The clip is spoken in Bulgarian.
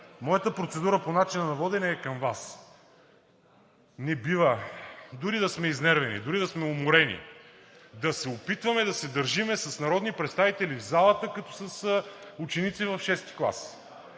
Моята процедура по начина на водене е към Вас. Не бива – дори да сме изнервени, дори да сме уморени, да се опитваме да се държим с народни представители в залата като с ученици в VI клас.